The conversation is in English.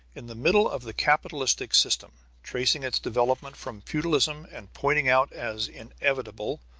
in the middle of the capitalistic system tracing its development from feudalism and pointing out as inevitable,